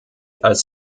als